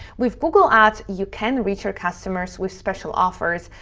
with google ads, you can reach your customers with special offers,